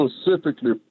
specifically